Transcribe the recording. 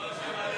לא, יש לי מלא